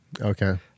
okay